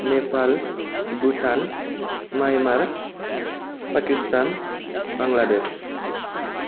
Nepal Bhutan Myanmar Pakistan Bangladesh